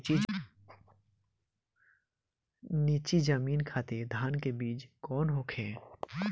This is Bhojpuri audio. नीची जमीन खातिर धान के बीज कौन होखे?